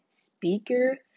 speaker